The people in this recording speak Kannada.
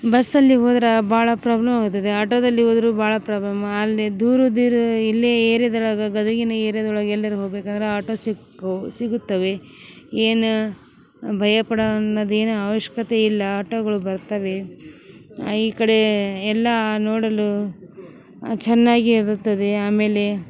ಬಸ್ಸಲ್ಲಿ ಹೋದ್ರೆ ಭಾಳ ಪ್ರೋಬ್ಲಮ್ಮಾಗುತ್ತದೆ ಆಟೋದಲ್ಲಿ ಹೋದರೂ ಭಾಳ ಪ್ರೋಬ್ಲಮು ಅಲ್ಲೇ ದೂರುದಿರು ಇಲ್ಲೇ ಏರ್ಯಾದೊಳಗೆ ಗದಗಿನ ಏರ್ಯಾದೊಳಗ ಎಲ್ಲರು ಹೋಗಬೇಕಂದ್ರ ಅಟೋ ಸಿಕ್ಕು ಸಿಗುತ್ತವೆ ಏನು ಭಯ ಪಡೋ ಅನ್ನೋದೇನು ಆವಶ್ಯಕತೆ ಇಲ್ಲ ಆಟೋಗಳು ಬರ್ತವೆ ಈ ಕಡೆ ಎಲ್ಲಾ ನೋಡಲು ಚೆನ್ನಾಗೇ ಇರುತ್ತದೆ ಆಮೇಲೆ